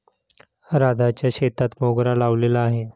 राधाच्या शेतात मोगरा लावलेला आहे